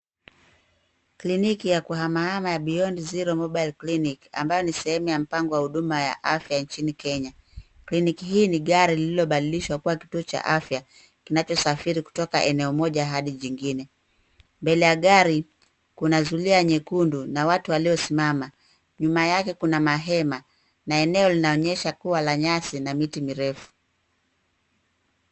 Kliniki ya kuhamahama ya 'Beyond Zero Mobile Clinic', ambayo ni sehemu ya mpango wa huduma ya afya nchini Kenya. Kliniki hii ni gari iliyobadilishwa kua kituo cha afya, kinachosafiri kutoka eneo moja hadi jingine. Mbele ya gari, kuna zulia nyekundu na watu waliosimama. Nyuma yake kuna mahema, na eneo linaonyesha kua la nyasi na miti mirefu.